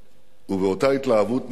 ובאותה התלהבות נערית